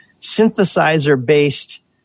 synthesizer-based